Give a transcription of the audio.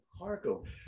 Harco